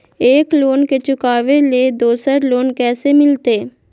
एक लोन के चुकाबे ले दोसर लोन कैसे मिलते?